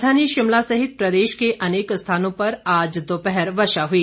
राजधानी शिमला सहित प्रदेश के अनेक स्थानों पर आज दोपहर वर्षा हुई